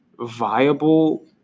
viable